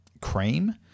cream